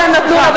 הכול בסדר.